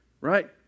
Right